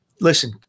listen